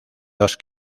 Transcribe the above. dos